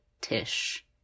Tish